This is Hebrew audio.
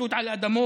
השתלטות על אדמות,